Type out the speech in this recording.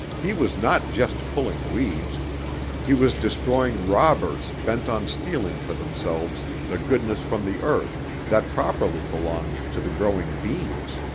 he was not just pulling weeds he was destroying robbers bent on stealing for themselves the goodness from the earth that properly belonged to the growing beans.